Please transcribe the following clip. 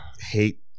hate